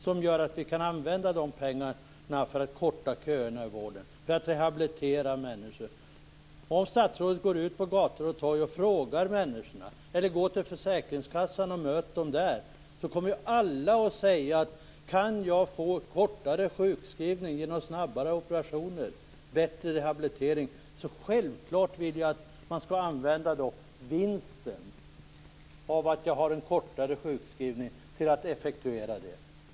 Det gör att vi kan använda de pengarna för att korta köerna i vården, för att rehabilitera människor. Om statsrådet går ut på gator och torg och frågar människorna eller går till försäkringskassan och möter dem där kommer alla att säga: Kan jag få kortare sjukskrivning genom snabbare operationer och bättre rehabilitering så vill jag självklart att vinsten av att jag har en kortare sjukskrivning skall användas till att effektuera det.